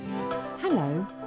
Hello